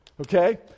Okay